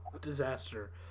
disaster